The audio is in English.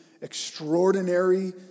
extraordinary